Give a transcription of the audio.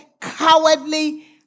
cowardly